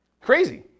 Crazy